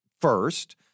first